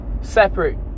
separate